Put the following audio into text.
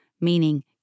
meaning